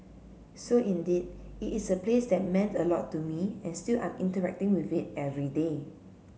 so indeed it is a place that meant a lot to me and still I'm interacting with it every day